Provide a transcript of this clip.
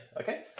okay